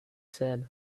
said